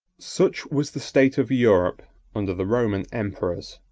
such was the state of europe under the roman emperors.